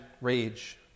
rage